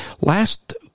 last